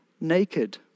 naked